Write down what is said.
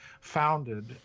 founded